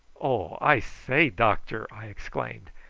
oh, i say, doctor! i exclaimed,